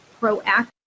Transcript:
proactive